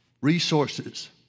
resources